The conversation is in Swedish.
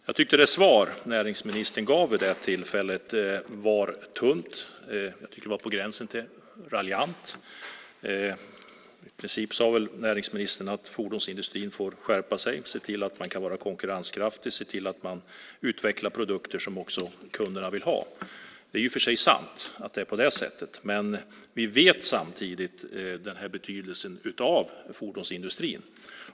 Jag tycker att det svar som näringsministern gav vid detta tillfälle var tunt. Det var på gränsen till raljant. I princip sade näringsministern att fordonsindustrin får skärpa sig, att den får se till att den är konkurrenskraftig och att den får se till att utveckla produkter som kunderna vill ha. Det är i och för sig sant att det är på det sättet. Men vi vet samtidigt vilken betydelse som fordonsindustrin har.